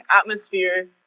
atmosphere